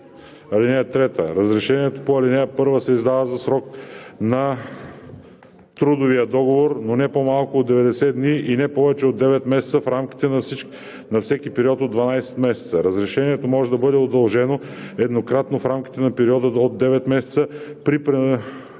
(3) Разрешението по ал. 1 се издава за срока на трудовия договор, но не по-малко от 90 дни и не повече от 9 месеца в рамките на всеки период от 12 месеца. Разрешението може да бъде удължено еднократно в рамките на периода от 9 месеца при продължаване